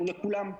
הוא לכולם.